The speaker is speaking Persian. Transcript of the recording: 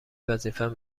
وظیفم